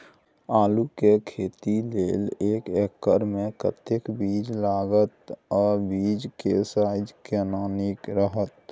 आलू के खेती लेल एक एकर मे कतेक बीज लागत आ बीज के साइज केना नीक रहत?